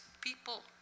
people